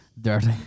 Dirty